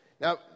Now